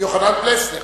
יוחנן פלסנר